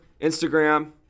Instagram